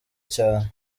cyane